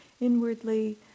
inwardly